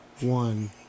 One